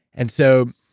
and so,